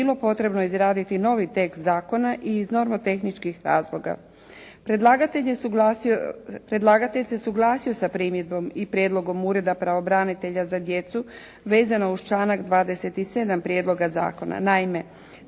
bilo potrebno izraditi novi tekst zakona i iz nomotehničkih razloga. Predlagatelj se suglasio sa primjedbom i prijedlogom Ureda pravobranitelja za djecu vezano uz članak 27. prijedloga zakona.